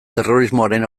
terrorismoaren